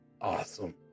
Awesome